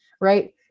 Right